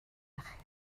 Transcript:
achub